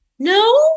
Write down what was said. No